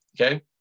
Okay